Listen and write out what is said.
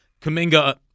Kaminga